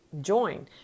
join